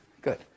good